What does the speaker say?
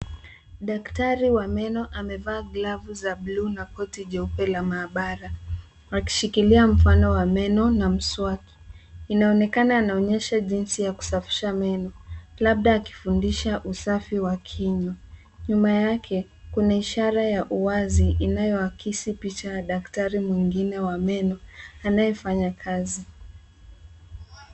Daktari wa meno amevaa glavu za blue na koti jeupe la maabara, akishikilia mfano wa meno na mswaki. Inaonekana anaonyesha jinsi ya kusafisha meno, labda akifundisha usafi wa kinywa. Nyuma yake kuna ishara ya uwazi, inayoakisi picha ya daktari mwingine wa meno anayefanya kazi.